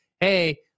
hey